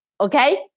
okay